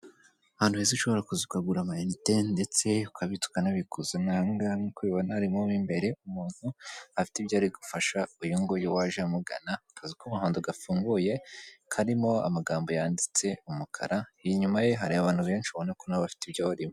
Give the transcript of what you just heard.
Ahantu heza ushobora kuza ukagura amayinite ndetse ukabitsa ukanabikuza, ni ahangaha nk'uko ubibona harimo mo imbere umuntu, afite ibyo ari gufasha uyu nguyu waje amugana, akazu k'umuhondo gafunguye karimo amagambo yanditse umukara, inyuma ye hari abantu benshi ubona ko nabo bafite ibyo barimo.